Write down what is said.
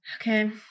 Okay